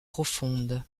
profondes